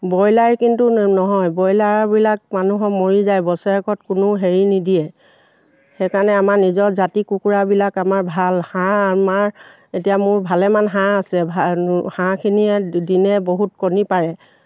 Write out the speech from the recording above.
broiler কিন্তু নহয় ব্ৰইলাৰবিলাক মানুহৰ মৰি যায় বছৰেকত কোনো হেৰি নিদিয়ে সেইকাৰণে আমাৰ নিজৰ জাতি কুকুৰাবিলাক আমাৰ ভাল হাঁহ আমাৰ এতিয়া মোৰ ভালেমান হাঁহ আছে হাঁহখিনিয়ে দিনে বহুত কণী পাৰে